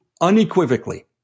unequivocally